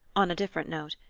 on a different note,